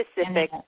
Specific